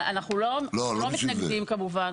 אבל אנחנו לא מתנגדים, כמובן.